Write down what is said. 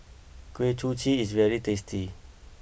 Kuih Kochi is very tasty